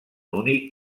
únic